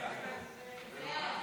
ההצעה